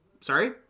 Sorry